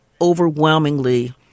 overwhelmingly